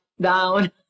down